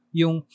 yung